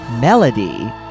Melody